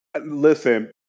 Listen